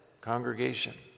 congregation